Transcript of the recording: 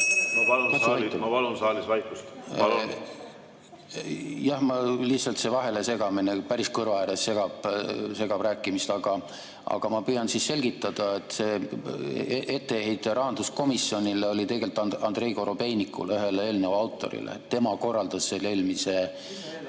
(Juhataja helistab kella.) Jah, lihtsalt see vahelesegamine päris kõrva ääres segab rääkimist, aga ma püüan siis selgitada. See etteheide rahanduskomisjonile oli tegelikult Andrei Korobeinikule, ühele eelnõu autorile. Tema korraldas selle eelmise